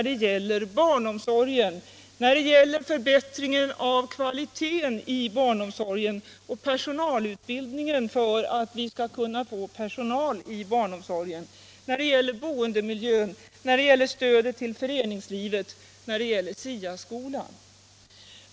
Det gällde utbyggnaden av barnomsorgen — förbättringen av kvaliteten i barnomsorgen och ökad personalutbildning för att vi skall kunna få personal till barnomsorgen. Det gällde också boendemiljön, stödet till föreningslivet samt SIA-skolan.